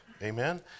Amen